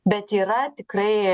bet yra tikrai